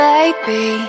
Baby